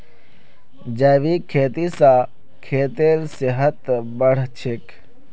जैविक खेती स खेतेर सेहत बढ़छेक